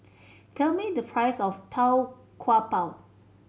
tell me the price of Tau Kwa Pau